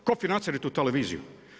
Tko financira tu televiziju?